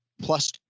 plus